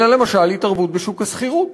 אלא למשל התערבות בשוק השכירות,